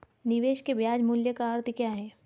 निवेश के ब्याज मूल्य का अर्थ क्या है?